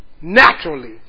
Naturally